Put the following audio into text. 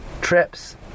trips